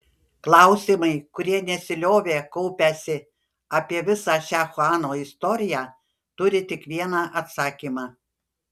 klausimai kurie nesiliovė kaupęsi apie visą šią chuano istoriją turi tik vieną atsakymą